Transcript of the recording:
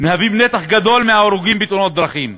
נתח גדול מההרוגים בתאונות דרכים,